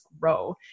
grow